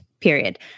Period